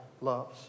loves